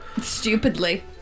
Stupidly